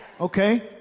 okay